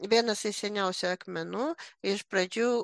vienas iš seniausių akmenų iš pradžių